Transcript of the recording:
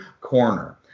corner